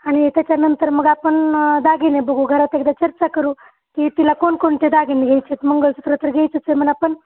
आणि त्याच्यानंतर मग आपण दागिने बघू घरात एकदा चर्चा करू की तिला कोणकोणते दागिने घ्यायचेत मंगळसूत्र तर घ्यायचंच आहे मला पण